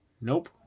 Nope